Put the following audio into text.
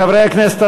חברי הכנסת,